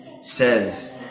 says